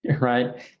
right